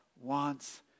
wants